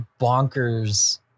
bonkers